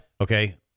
Okay